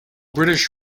british